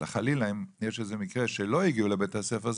אלא, חלילה, אם יש איזה מקרה שלא הגיעו לבתי הספר.